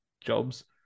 jobs